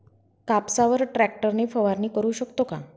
कापसावर ट्रॅक्टर ने फवारणी करु शकतो का?